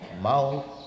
mouth